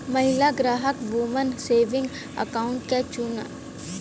महिला ग्राहक woman saving account क चुन सकलीन